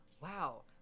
wow